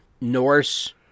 Norse